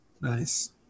nice